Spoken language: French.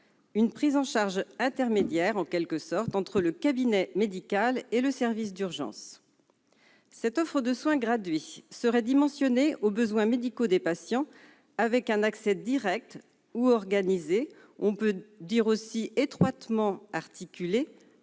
une prise en charge intermédiaire entre le cabinet médical et le service d'urgence. Cette offre de soins graduée serait dimensionnée aux besoins médicaux des patients, avec un accès direct, ou organisé, à des plateaux techniques,